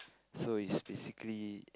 so is basically